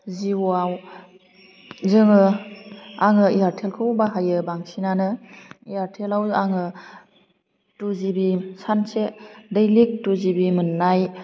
जिअ आव जोङो आङो एयारटेल खौ बाहायो बांसिनानो एयारटेलाव आङो टु जिबि सानसे दैलिक टु जिबि मोननाय